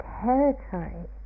territory